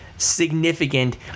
significant